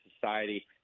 society